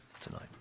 tonight